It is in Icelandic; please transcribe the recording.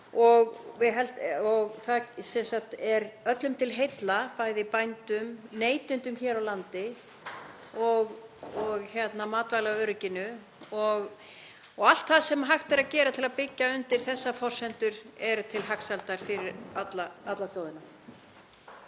Það er öllum til heilla, bæði bændum, neytendum hér á landi og matvælaörygginu og allt það sem hægt er að gera til að byggja undir þessar forsendur er til hagsældar fyrir alla þjóðina.